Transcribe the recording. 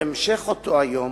בהמשך אותו היום